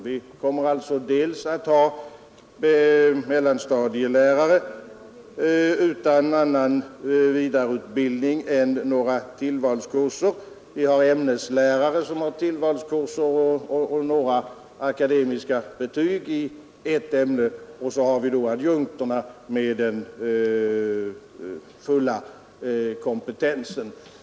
Vi kommer att ha dels mellanstadielärare utan annan vidareutbildning än tillvalskurser, dels ämneslärare med tillvalskurser och akademiska betyg i ett ämne, dels adjunkter med full kompetens.